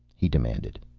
he demanded.